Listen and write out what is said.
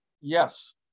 Yes